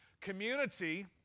community